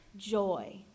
joy